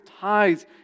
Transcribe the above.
tithes